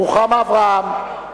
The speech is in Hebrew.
רוחמה אברהם.